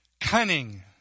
cunning